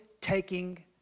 taking